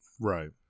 Right